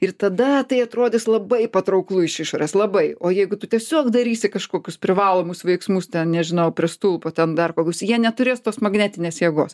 ir tada tai atrodys labai patrauklu iš išorės labai o jeigu tu tiesiog darysi kažkokius privalomus veiksmus ten nežinau prie stulpo ten dar kokius jie neturės tos magnetinės jėgos